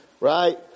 right